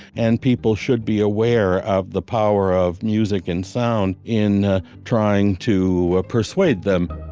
and people should be aware of the power of music and sound in ah trying to persuade them